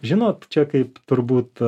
žinot čia kaip turbūt